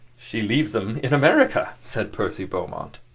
she leaves them in america! said percy beaumont.